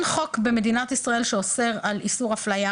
לאף.